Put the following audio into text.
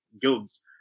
guilds